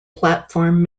platform